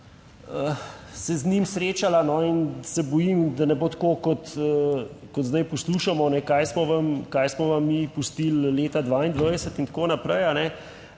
se z njim srečala in se bojim, da ne bo tako, kot zdaj poslušamo, kaj smo vam mi pustili leta 2022 in tako naprej,